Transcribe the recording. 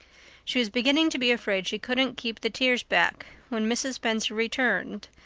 she was beginning to be afraid she couldn't keep the tears back when mrs. spencer returned,